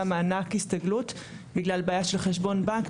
מענק הסתגלות בגלל בעיה של חשבון בנק.